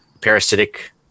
parasitic